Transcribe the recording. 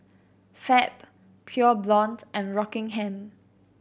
Fab Pure Blonde and Rockingham